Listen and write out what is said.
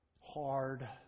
hard